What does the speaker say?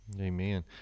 Amen